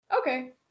Okay